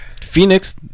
Phoenix